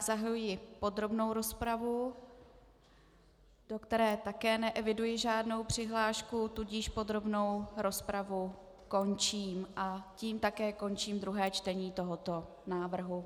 Zahajuji podrobnou rozpravu, do které také neeviduji žádnou přihlášku, tudíž podrobnou rozpravu končím a tím také končím druhé čtení tohoto návrhu.